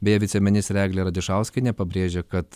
beje viceministrė eglė radišauskienė pabrėžė kad